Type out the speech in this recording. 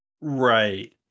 Right